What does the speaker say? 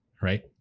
Right